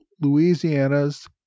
Louisiana's